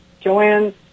Joanne